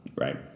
Right